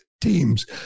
Teams